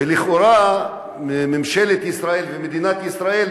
ולכאורה ממשלת ישראל ומדינת ישראל,